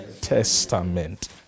Testament